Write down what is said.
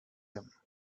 him